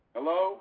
Hello